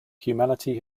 humanity